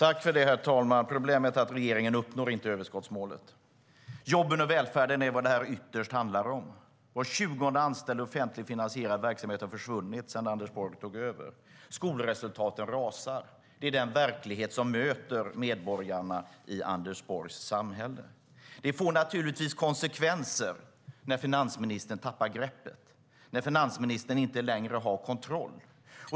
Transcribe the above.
Herr talman! Problemet är att regeringen inte uppnår överskottsmålet. Det här handlar ytterst om jobben och välfärden. Var 20:e anställd i offentligt finansierad verksamhet har försvunnit sedan Anders Borg tog över. Skolresultaten rasar. Det är den verklighet som möter medborgarna i Anders Borgs samhälle. Det får naturligtvis konsekvenser när finansministern tappar greppet och när finansministern inte längre har kontroll.